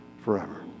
forever